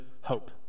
Hope